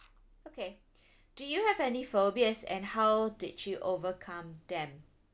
okay do you have any phobias and how did you overcome them